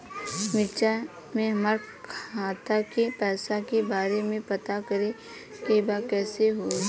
मार्च में हमरा खाता के पैसा के बारे में पता करे के बा कइसे होई?